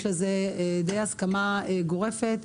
יש לזה הסכמה די גורפת.